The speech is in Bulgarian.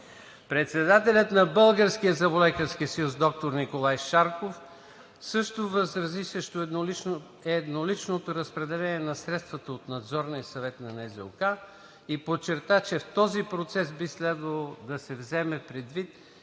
Председателят на Българския зъболекарски съюз, доктор Николай Шарков, също възрази срещу едноличното разпределение на средствата от Надзорния съвет на НЗОК и подчерта, че в този процес би следвало да се вземе предвид